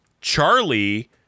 Charlie